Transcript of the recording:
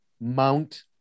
Mount